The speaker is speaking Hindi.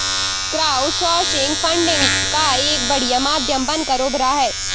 क्राउडसोर्सिंग फंडिंग का एक बढ़िया माध्यम बनकर उभरा है